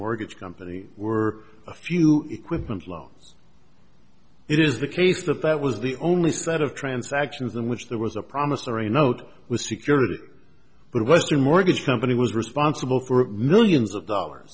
mortgage company were a few equipment loans it is the case that that was the only set of transactions in which there was a promissory note with security but western mortgage company was responsible for millions of dollars